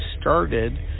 started